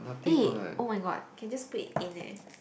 eh oh-my-god can just split in eh